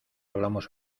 hablamos